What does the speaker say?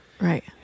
Right